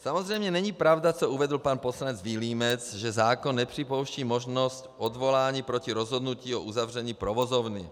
Samozřejmě není pravda, co uvedl pan poslanec Vilímec, že zákon nepřipouští možnost odvolání proti rozhodnutí o uzavření provozovny.